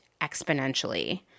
exponentially